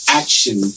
action